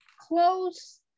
close